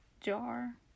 jar